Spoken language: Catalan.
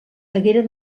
hagueren